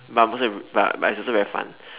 but most of but but it's also very fun